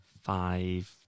Five